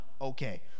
okay